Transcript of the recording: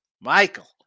Michael